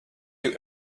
you